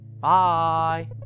bye